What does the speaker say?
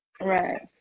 right